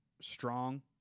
strong